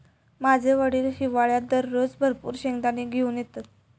माझे वडील हिवाळ्यात दररोज भरपूर शेंगदाने घेऊन येतत